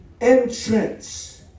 entrance